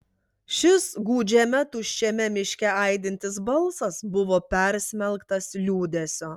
šis gūdžiame tuščiame miške aidintis balsas buvo persmelktas liūdesio